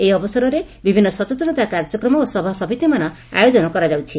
ଏହି ଅବସରରେ ବିଭିନ୍ନ ସଚେତନତା କାର୍ଯ୍ୟକ୍ରମ ଓ ସଭାସମିତିମାନ ଆୟୋଜନ କରାଯାଉଛି